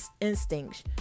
instincts